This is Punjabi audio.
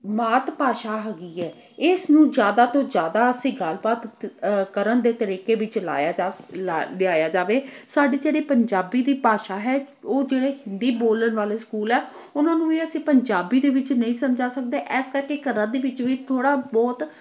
ਮਾਤ ਭਾਸ਼ਾ ਹੈਗੀ ਹੈ ਇਸ ਨੂੰ ਜ਼ਿਆਦਾ ਤੋਂ ਜ਼ਿਆਦਾ ਅਸੀਂ ਗੱਲਬਾਤ ਕਰਨ ਦੇ ਤਰੀਕੇ ਵਿੱਚ ਲਾਇਆ ਜਾ ਸ ਲਾ ਲਿਆਇਆ ਜਾਵੇ ਸਾਡੀ ਜਿਹੜੀ ਪੰਜਾਬੀ ਦੀ ਭਾਸ਼ਾ ਹੈ ਉਹ ਜਿਹੜੇ ਹਿੰਦੀ ਬੋਲਣ ਵਾਲੇ ਸਕੂਲ ਹੈ ਉਹਨਾਂ ਨੂੰ ਵੀ ਅਸੀਂ ਪੰਜਾਬੀ ਦੇ ਵਿੱਚ ਨਹੀਂ ਸਮਝਾ ਸਕਦੇ ਇਸ ਕਰਕੇ ਘਰਾਂ ਦੇ ਵਿੱਚ ਵੀ ਥੋੜ੍ਹਾ ਬਹੁਤ